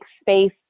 space